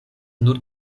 nur